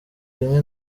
rimwe